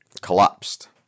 collapsed